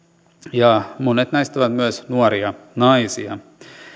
ja monet näistä olivat myös nuoria naisia